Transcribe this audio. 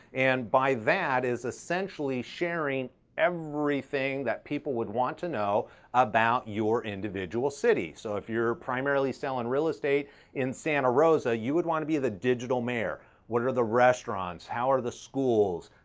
and by that is essentially sharing everything that people would want to know about your individual city. so, if you're primarily selling real estate in santa rosa, you would wanna be the digital mayor. what are the restaurants? how are the schools?